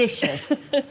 delicious